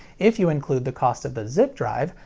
if you include the cost of the zip drive,